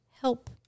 help